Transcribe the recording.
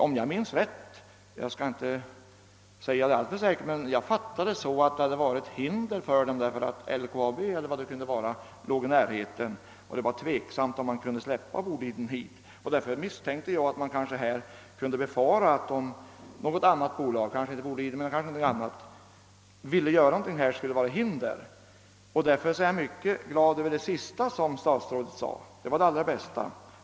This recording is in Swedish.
Om jag minns rätt — jag skall inte vara alltför säker — fattade jag det så att det var ett hinder att LKAB låg i närheten och att det därför var tveksamt om man kunde låta Boliden komma dit. Därför misstänkte jag att man kanske kunde befara att om något annat bolag — inte Boliden — här ville göra någonting, skulle detta utgöra ett hinder. Därför är jag mycket glad över det sista som statsrådet anförde — det var det bästa!